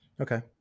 Okay